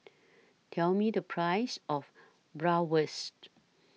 Tell Me The Price of Bratwurst